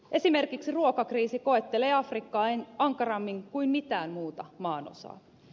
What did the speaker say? esimerkiksi ruokakriisi koettelee afrikkaa ankarammin kuin mitään muuta maanosaa